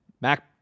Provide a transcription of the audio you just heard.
Mac